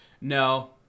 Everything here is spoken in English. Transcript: No